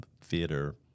theater